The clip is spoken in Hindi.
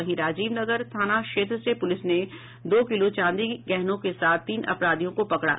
वहीं राजीव नगर थाना क्षेत्र से पुलिस ने दो किलो चांदी के गहनों के साथ तीन अपराधियों को पकड़ा है